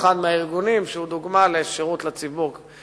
זה עוד אחד מהארגונים שהם דוגמה לשירות לציבור בתחום כל כך חשוב.